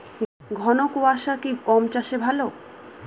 ঘন কোয়াশা কি গম চাষে ভালো?